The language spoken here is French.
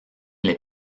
les